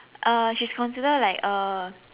uh she's consider like uh